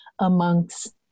amongst